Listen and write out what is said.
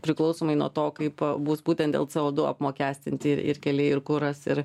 priklausomai nuo to kaip e bus būtent dėl c o du apmokestinti ir keliai ir kuras ir